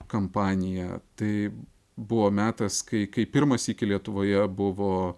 kampanija tai buvo metas kai kai pirmą sykį lietuvoje buvo